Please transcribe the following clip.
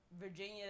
Virginia